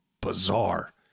bizarre